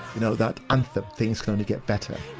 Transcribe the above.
know that anthem things can only get better.